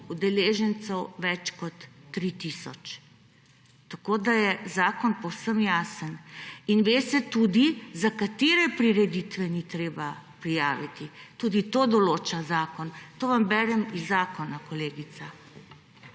udeležencev več kot 3 tisoč. Tako da je zakon povsem jasen. In ve se tudi za katere prireditve ni treba prijaviti. Tudi to določa zakon. To vam berem iz zakona, kolegica.